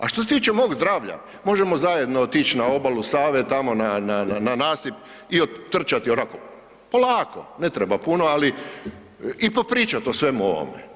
A što se tiče mog zdravlja možemo zajedno otić na obalu Save, tamo na, na, na nasip i otrčati onako polako, ne treba puno, ali i popričat o svemu ovome.